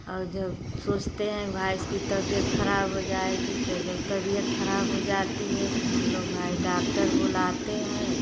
और जब सोचते हैं भाई इसकी तबियत खराब हो जाएगी तो जब तबियत खराब हो जाती है तो हम लोग भाई डाक्टर बुलाते हैं